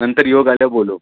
नंतर योग आल्यावर बोलो